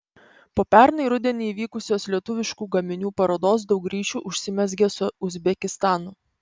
po pernai rudenį įvykusios lietuviškų gaminių parodos daug ryšių užsimezgė su uzbekistanu